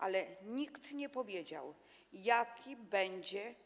Ale nikt nie powiedział, jaki będzie.